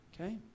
okay